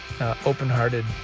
open-hearted